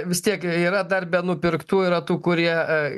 vis tiek yra dar be nupirktų yra tų kurie